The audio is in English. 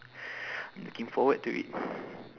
I'm looking forward to it